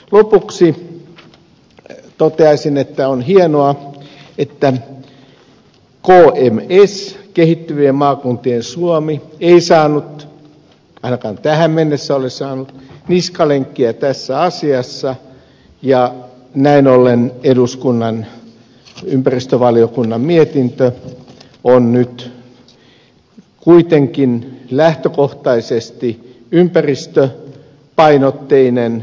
lopuksi toteaisin että on hienoa että kms kehittyvien maakuntien suomi ei saanut ainakaan tähän mennessä ole saanut niskalenkkiä tässä asiassa ja näin ollen eduskunnan ympäristövaliokunnan mietintö on nyt kuitenkin lähtökohtaisesti ympäristöpainotteinen